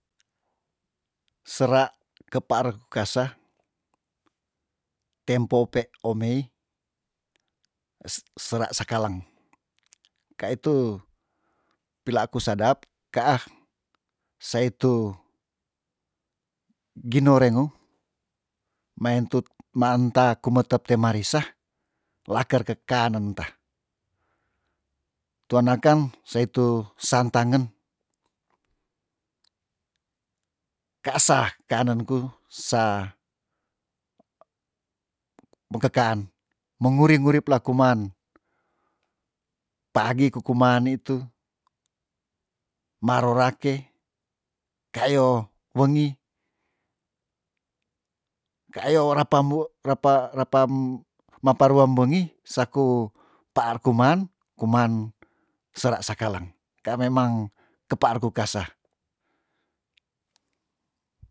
Sera kepaar kasa tempou pe omei sera sakalang ka itu pila ku sadap kaah se itu ginorengo maentut maanta kumetep te marisa laker kekanen tah tuana kan sa itu santangen ka esa kanen ku sa pekeaan menguri ngurip lekuman pagi kuku mani tu maro ra ke kayo wengi keayo wera pa mo repa- repa- repammaparua mbengi saku taar kuman kuman sera sakalang kea memang kepaarku kasah